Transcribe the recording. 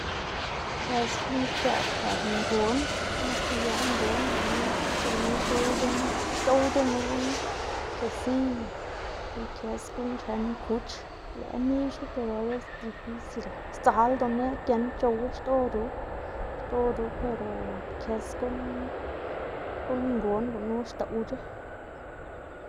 kës guꞌn xc̲h̲aꞌ par ngon, guꞌn xgoliaꞌ ngon gunu gunu c̲h̲owc̲h̲ama, c̲h̲owc̲h̲anu kesiyna y kës guꞌn chen kuch lëꞌkga nixu pero abecés difilsil sdzaldu neꞌg giendc̲h̲owu xdodu xdodu pero kës guꞌn guꞌn ngon gunu xdoꞌwc̲h̲a.